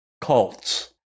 cults